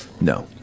No